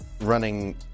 running